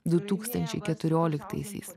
du tūkstančiai keturioliktaisiais